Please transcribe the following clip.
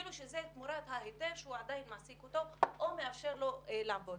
כאילו שזה תמורת ההיתר שהוא עדיין מעסיק אותו או מאפשר לו לעבוד.